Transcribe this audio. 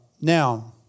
now